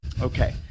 Okay